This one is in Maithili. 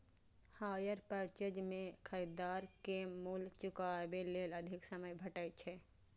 हायर पर्चेज मे खरीदार कें मूल्य चुकाबै लेल अधिक समय भेटै छै